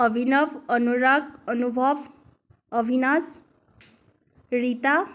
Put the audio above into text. Abhinav Anurag Anubhav Abhinash Rita